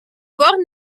borne